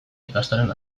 ikastolen